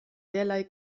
derlei